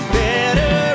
better